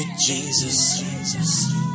jesus